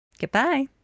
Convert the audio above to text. Goodbye